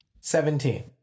Seventeen